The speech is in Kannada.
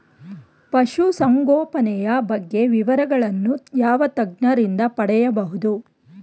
ಪಶುಸಂಗೋಪನೆಯ ಬಗ್ಗೆ ವಿವರಗಳನ್ನು ಯಾವ ತಜ್ಞರಿಂದ ಪಡೆಯಬಹುದು?